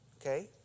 okay